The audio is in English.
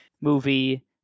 movie